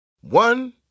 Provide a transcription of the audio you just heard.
One